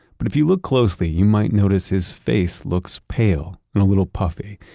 but if you look closely, you might notice his face looks pale and a little puffy.